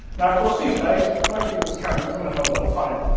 now of course these days, most people's camera is on their mobile phone.